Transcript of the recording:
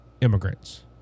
immigrants